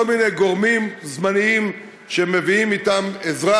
מיני גורמים זמניים שמביאים אתם עזרה,